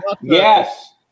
Yes